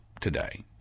today